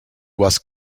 was